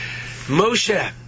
Moshe